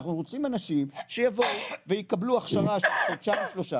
אנחנו רוצים שאנשים יבואו ויקבלו הכשרה של חודשיים-שלושה